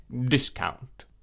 discount